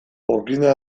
okina